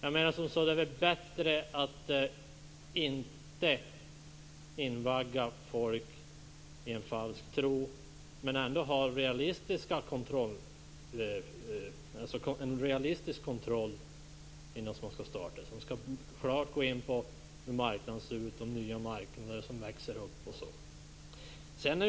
Det är väl bättre att inte invagga folk i en falsk tro men ändå ha en realistisk kontroll innan någon skall starta eget, en kontroll som går in på hur marknaden ser ut, de nya marknader som växer upp osv.